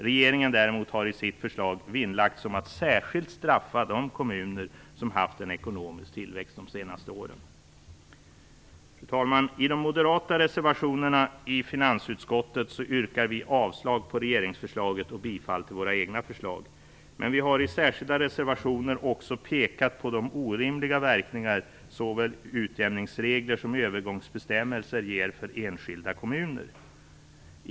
Regeringen däremot har i sitt förslag vinnlagt sig om att särskilt straffa de kommuner som haft en ekonomisk tillväxt de senaste åren. Fru talman! I de moderata reservationerna i finansutskottet avstyrker vi regeringsförslaget och tillstyrker våra egna förslag. Men vi har i särskilda reservationer också pekat på de orimliga verkningar som såväl utjämningsregler som övergångsbestämmelser ger för enskilda kommuner.